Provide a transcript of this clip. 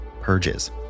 purges